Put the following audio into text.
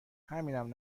همینم